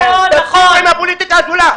תפסיקו עם הפוליטיקה הגדולה.